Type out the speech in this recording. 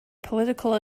political